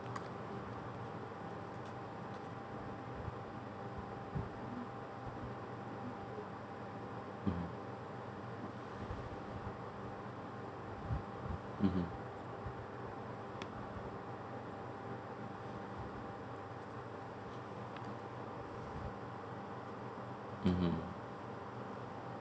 mm mmhmm mmhmm